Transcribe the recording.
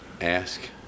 Ask